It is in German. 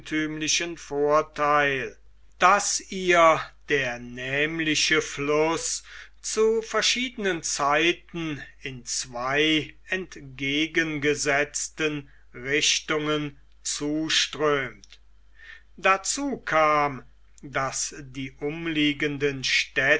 vortheil daß ihr der nämliche fluß zu verschiedenen zeiten in zwei entgegengesetzten richtungen zuströmt dazu kam daß die umliegenden